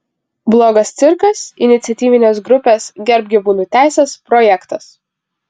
blogas cirkas iniciatyvinės grupės gerbk gyvūnų teises projektas